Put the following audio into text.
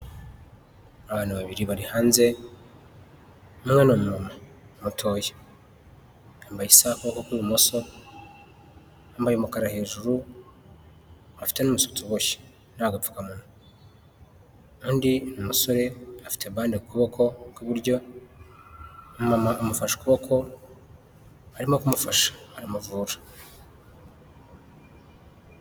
Abantu babiri bari hanze umwe ni muntu mutoya, yambaye isaha ku kuboko kw'ibumoso yambaye umukara hejuru afite n'umusatsi uboshye yambaye agapfukamunwa, undi umusore abande kuboko kw'iburyo mama amufashe ukuboko arimo kumufasha aramuvura.